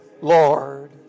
Lord